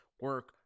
Work